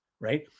right